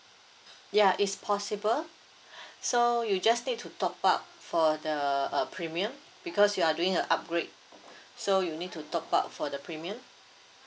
ya it's possible so you just need to top up for the uh premium because you are doing a upgrade so you need to top up for the premium